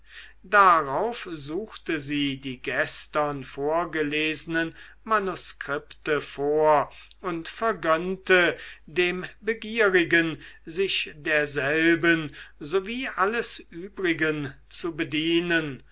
darauf suchte sie die gestern vorgelesenen manuskripte vor und vergönnte dem begierigen sich derselben sowie alles übrigen zu bedienen